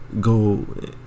go